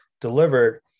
delivered